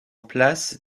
place